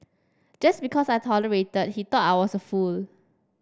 just because I tolerated he thought I was a fool